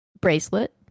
bracelet